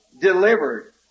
delivered